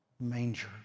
manger